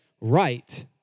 right